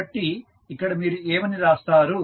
కాబట్టి ఇక్కడ మీరు ఏమని రాస్తారు